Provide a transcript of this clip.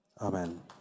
Amen